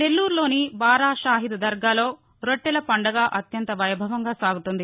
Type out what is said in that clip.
నెల్లూరులోని బారా షాహీద్ దర్గాలో రాట్లెల పండగ అత్యంత వైభవంగా సాగుతోంది